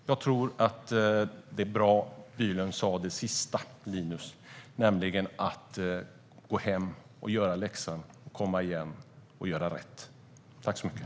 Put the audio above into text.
Jag tror att det sista som Linus Bylund sa var bra, nämligen att han ska gå hem och göra läxan och komma igen och göra rätt.